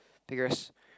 figures